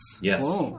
Yes